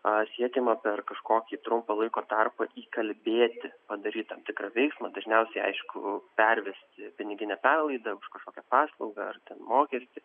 a siekiama per kažkokį trumpą laiko tarpą įkalbėti padaryt tam tikrą veiksmą dažniausiai aišku pervesti piniginę perlaidą už kažkokią paslaugą ar ten mokestį